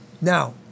Now